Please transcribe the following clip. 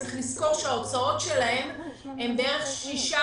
יש לזכור שההוצאות שלהם הן בערך שישה